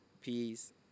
Peace